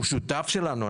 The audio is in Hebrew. הוא שותף שלנו.